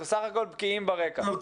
אנחנו סך הכול בקיאים ברקע.